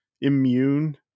immune